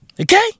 Okay